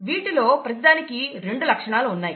వీటిలో ప్రతిదానికి రెండు లక్షణాలు ఉన్నాయి